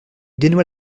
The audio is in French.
dénoua